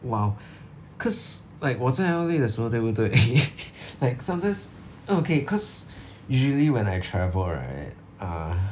!wow! cause like 我在 L_A 的时候对不对 like sometimes okay cause usually when I travel right ah